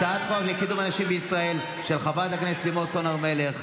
הצעת חוק לקידום הנשים בישראל של חברת הכנסת לימור סון הר מלך,